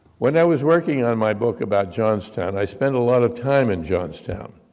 when i was working on my book about johnstown, i spent a lot of time in johnstown,